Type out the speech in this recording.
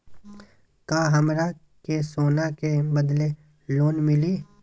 का हमरा के सोना के बदले लोन मिलि?